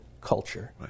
culture